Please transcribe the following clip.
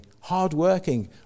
hardworking